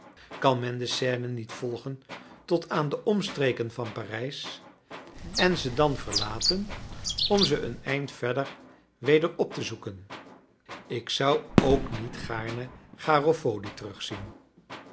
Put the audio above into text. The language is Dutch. kan men de seine niet volgen tot aan de omstreken van parijs en ze dan verlaten om ze een eind verder weder op te zoeken ik zou ook niet gaarne garofoli terugzien